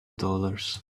dollars